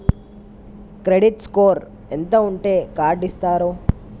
Credit score ఎంత ఉంటే card ఇస్తారు?